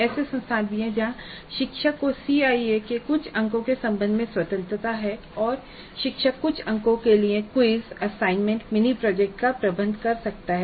ऐसे संस्थान भी हैं जहां शिक्षक को सीआईई के कुछ अंकों के संबंध में स्वतंत्रता है और शिक्षक कुछ अंकों के लिए क्विज़ असाइनमेंट मिनी प्रोजेक्ट का प्रबंधन कर सकता है